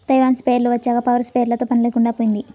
Taiwan స్ప్రేయర్లు వచ్చాక power స్ప్రేయర్లతో పని లేకుండా పోయింది